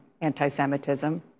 anti-Semitism